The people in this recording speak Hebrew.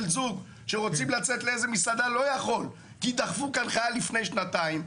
לא יכול כי דחפו כאן חייל לפני שנתיים,